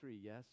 yes